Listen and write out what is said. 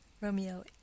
Romeo